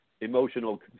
emotional